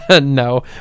No